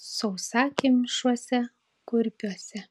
sausakimšuose kurpiuose